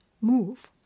move